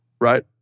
Right